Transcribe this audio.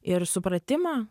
ir supratimą